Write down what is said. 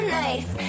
nice